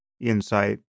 insight